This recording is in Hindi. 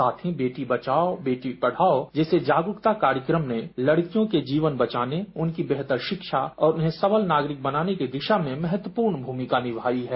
साथ ही बेटी बचाओ बेटी पढाओ जैसे जागरूकता कार्यक्रम ने लड़कियों के जीवन बचाने उनकी बेहतर शिक्षा और उन्हें सबल नागरिक बनाने की दिशा में महत्वपूर्ण भूमिका निभाई है